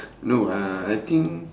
no uh I think